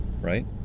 Right